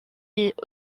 est